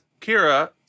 Kira